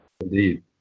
Indeed